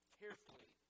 carefully